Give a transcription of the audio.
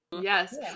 yes